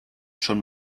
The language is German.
schon